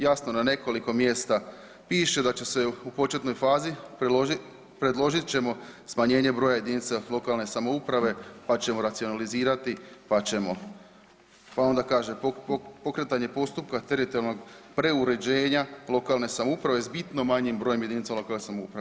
Jasno na nekoliko mjesta piše da će se u početnoj fazi predložit ćemo smanjenje broja jedinica lokalne samouprave pa ćemo racionalizirati, pa ćemo pa onda kaže pokretanje postupka teritorijalnog preuređenja lokalne samouprave sa bitno manjim brojem jedinica lokalne samouprave.